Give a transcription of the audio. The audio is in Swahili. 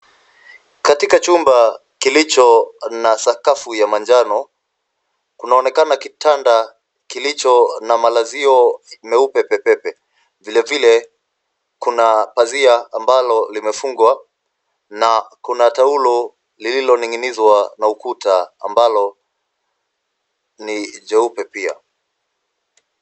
Katika chumba kilicho na sakafu ya manjano, kunaonekana kitanda kilicho na malazio meupe pepepe. Vilevile kuna pazia ambalo limefungwa na kuna taulo lililoning'inizwa na ukuta ambalo ni jeupe pia.